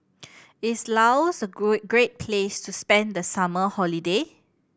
is Laos great place to spend the summer holiday